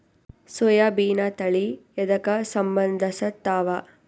ಸೋಯಾಬಿನ ತಳಿ ಎದಕ ಸಂಭಂದಸತ್ತಾವ?